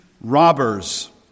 robbers